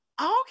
Okay